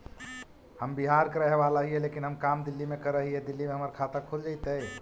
हम बिहार के रहेवाला हिय लेकिन हम काम दिल्ली में कर हिय, दिल्ली में हमर खाता खुल जैतै?